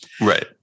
Right